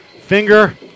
Finger